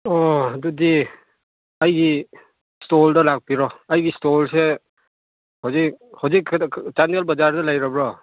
ꯑꯥ ꯑꯗꯨꯗꯤ ꯑꯩꯒꯤ ꯁ꯭ꯇꯣꯜꯗ ꯂꯥꯛꯄꯤꯔꯣ ꯑꯩꯒꯤ ꯁ꯭ꯇꯣꯜꯁꯦ ꯍꯧꯖꯤꯛ ꯍꯧꯖꯤ ꯆꯥꯟꯗꯦꯜ ꯕꯥꯖꯥꯔꯗ ꯂꯩꯔꯕ꯭ꯔꯣ